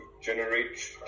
generate